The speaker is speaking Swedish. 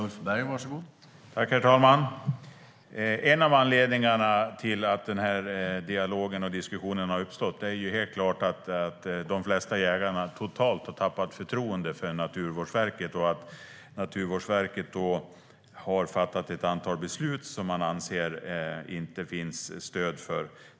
Herr talman! En av anledningarna till att den här dialogen och diskussionen har uppstått är att de flesta jägare totalt har tappat förtroendet för Naturvårdsverket. Naturvårdsverket har fattat ett antal beslut som jägarna anser att det inte finns stöd för.